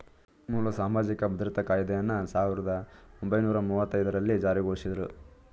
ಮೂಲ ಸಾಮಾಜಿಕ ಭದ್ರತಾ ಕಾಯ್ದೆಯನ್ನ ಸಾವಿರದ ಒಂಬೈನೂರ ಮುವ್ವತ್ತಐದು ರಲ್ಲಿ ಜಾರಿಗೊಳಿಸಿದ್ರು